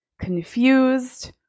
confused